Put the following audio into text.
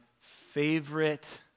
favorite